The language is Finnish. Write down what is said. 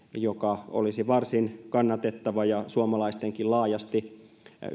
joka olisi varsin kannatettava ja suomalaistenkin laajasti